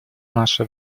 наше